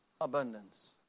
abundance